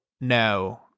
no